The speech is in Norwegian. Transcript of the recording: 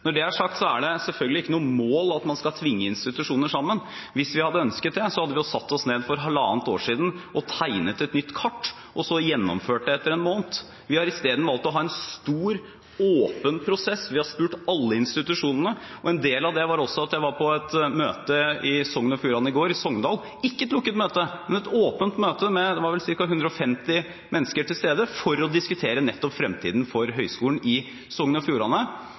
Når det er sagt, er det selvfølgelig ikke noe mål at man skal tvinge institusjoner sammen. Hvis vi hadde ønsket det, hadde vi satt oss ned for halvannet år siden og tegnet et nytt kart – og så gjennomført det etter en måned. Vi har isteden valgt å ha en stor, åpen prosess. Vi har spurt alle institusjonene. En del av det var også at jeg var på et møte i Sogn og Fjordane i går, i Sogndal – ikke et lukket møte, men et åpent møte med ca. 150 mennesker til stede – for å diskutere nettopp fremtiden for Høgskulen i Sogn og Fjordane,